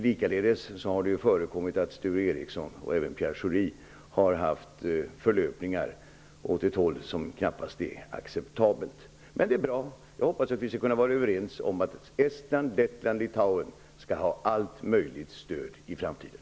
Likaledes har det förekommit att Sture Ericson och även Pierre Schori har kommit med förlöpningar åt ett håll som knappast är acceptabelt. Men jag hoppas att vi kan vara överens om att Estland, Lettland och Litauen skall ha allt möjligt stöd i framtiden.